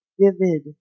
vivid